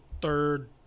third